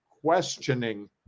questioning